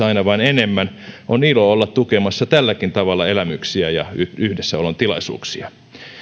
aina vain enemmän on ilo olla tukemassa tälläkin tavalla elämyksiä ja yhdessäolon tilaisuuksia